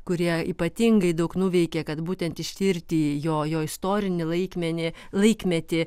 kurie ypatingai daug nuveikė kad būtent ištirti jo jo istorinį laikmenį laikmetį